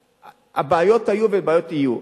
הבעיות היו ובעיות יהיו.